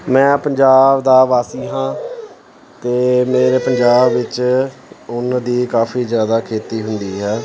ਮੈਂ ਪੰਜਾਬ ਦਾ ਵਾਸੀ ਹਾਂ ਅਤੇ ਮੇਰੇ ਪੰਜਾਬ ਵਿੱਚ ਉੱਨ ਦੀ ਕਾਫੀ ਜ਼ਿਆਦਾ ਖੇਤੀ ਹੁੰਦੀ ਹੈ